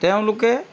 তেওঁলোকে